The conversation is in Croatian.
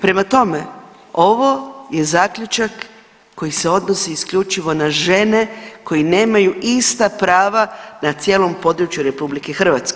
Prema tome, ovo je Zaključak koji se odnosi isključivo na žene koje nemaju ista prava na cijelom području RH.